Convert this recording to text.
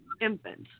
Infants